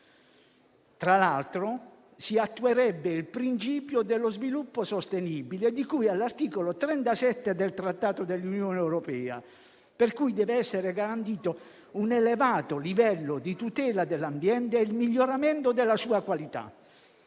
Tra l'altro, si attuerebbe il principio dello sviluppo sostenibile, di cui all'articolo 37 della Carta dei diritti fondamentali dell'Unione europea, per cui devono essere garantiti un elevato livello di tutela dell'ambiente e il miglioramento della sua qualità.